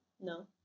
No